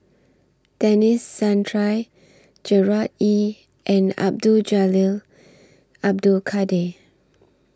Denis Santry Gerard Ee and Abdul Jalil Abdul Kadir